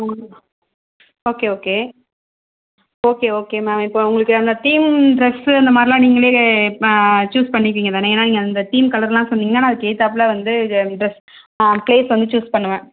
okay okay okay okay ma'am இப்போ உங்களுக்கு அந்த தீம் டிரஸ்சு அந்த மாதிரிலாம் நீங்களே சூஸ் பண்ணிப்பீங்க தானே ஏன்னால் நீங்கள் அந்த தீம் கலரெலாம் சொன்னீங்கன்னால் அதுக்கேற்றாப்புல வந்து டிரஸ் ப்ளேஸ் வந்து சூஸ் பண்ணுவேன்